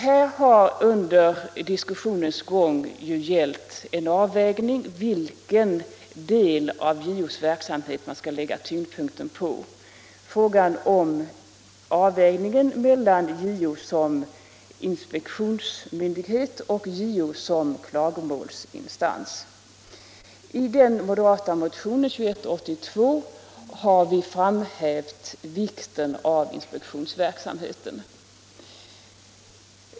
Här har nu diskussionen till stor del kommit att gälla en avvägning 7 av vilken del av JO:s verksamhet som man skall lägga tyngdpunkten på, JO som inspektionsmyndighet eller JO som klagomålsinstans. I den moderata motionen 2182 har vi framhävt vikten av inspektionsverksamheten.